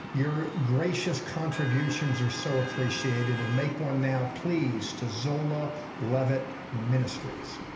your gracious contributions are so appreciated, and make one now, please to zola levitt ministries.